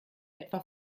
etwa